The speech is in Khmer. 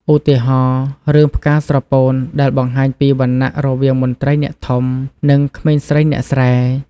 ឧទាហរណ៍ រឿង ផ្កាស្រពោន ដែលបង្ហាញពីវណ្ណៈរវាងមន្ត្រីអ្នកធំ និងក្មេងស្រីអ្នកស្រែ។